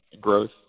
growth